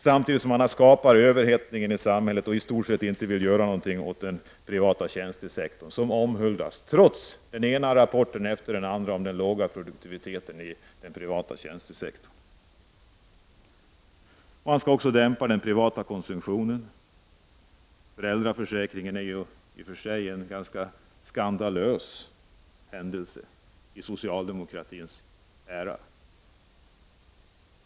Samtidigt har man skapat överhettningen i samhället och vill i stort sett inte göra någonting åt den privata tjänstesektorn, som omhuldas trots den ena rapporten efter den andra om den låga produktiviteten i den privata tjänstesektorn. Man skall också dämpa den privata konsumtionen. Behandlingen av föräldraförsäkringen är en skandalös händelse i socialdemokratins era.